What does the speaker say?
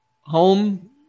Home